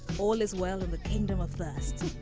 all is well in the kingdom of firsts.